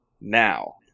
Now